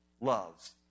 loves